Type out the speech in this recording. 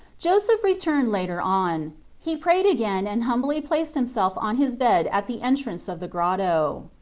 joseph re turned later on he prayed again and humbly placed himself on his bed at the entrance of the grotto.